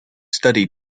study